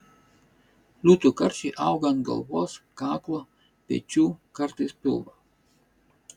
liūtų karčiai auga ant galvos kaklo pečių kartais pilvo